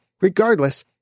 Regardless